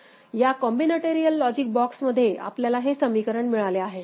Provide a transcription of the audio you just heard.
या combinatorial logic बॉक्समध्ये आपल्याला हे समीकरण मिळाले आहे ठीक